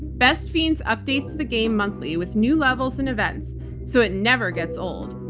best fiends updates the game monthly with new levels and events so it never gets old.